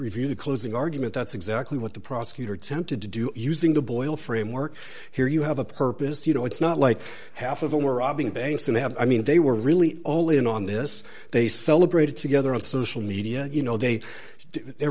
review the closing argument that's exactly what the prosecutor tempted to do using the boil framework here you have a purpose you know it's not like half of them were robbing banks and have i mean they were really all in on this they celebrated together on social media you know